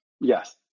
yes